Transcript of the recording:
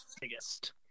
biggest